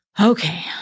okay